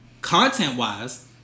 content-wise